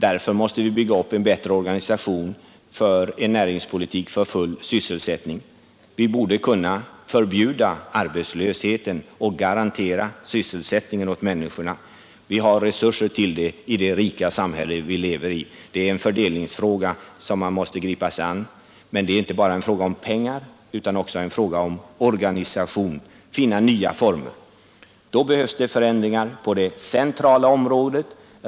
Därför måste vi bygga upp en bättre organisation för en näringspolitik för full sysselsättning. Vi borde kunna förbjuda arbetslösheten och garantera sysselsättningen åt människorna. Vi har resurser till det i det rika samhälle vi lever i. Det är en fördelningsfråga, som man måste gripa sig an, men det är inte bara en fråga om pengar utan också en fråga om organisation, att finna nya former. Det behövs förändringar på det centrala området.